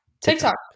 TikTok